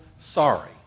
sorry